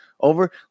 over